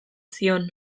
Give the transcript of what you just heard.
zion